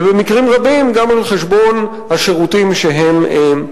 ובמקרים רבים גם על חשבון השירותים שנותנים.